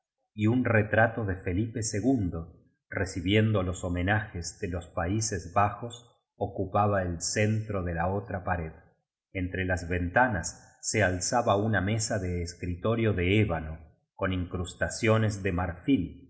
y un retrato de felipe ii recibiendo los home najes de los países bajos ocupaba el centro de la otra pared entre las ventanas se alzaba una mesa de escritorio de ébano con incrustaciones de marfil en